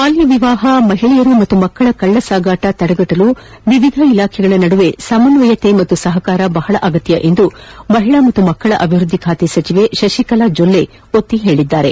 ಬಾಲ್ಯ ವಿವಾಹ ಮಹಿಳೆಯರು ಮತ್ತು ಮಕ್ಕಳ ಕಳ್ಳ ಸಾಗಾಣಿಕೆ ತಡೆಗಟ್ಟಲು ವಿವಿಧ ಇಲಾಖೆಗಳ ನದುವೆ ಸಮನ್ವಯ ಮತ್ತು ಸಹಕಾರ ಬಹಳ ಅಗತ್ಯ ಎಂದು ಮಹಿಳಾ ಮತ್ತು ಮಕ್ಕಳ ಕಲ್ಯಾಣ ಸಚಿವೆ ಶಶಿಕಲಾ ಜೊಲ್ಲೆ ಒತ್ತಿ ಹೇಳಿದ್ದಾರೆ